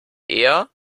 eher